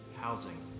housing